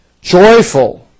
Joyful